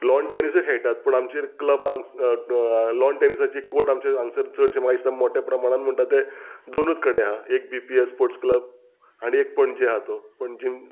लॉनटॅनिसूय खेळटात पूण आमचेर क्लब हांग लॉन टॅनिसाची कोट आमचे हांगसर चडशे म्हाका दिसता मोट्या प्रमाणान म्हणटा ते दोनूच कडेन आहा एक B P S sports club आनी एक पणजे आहा तो पणजे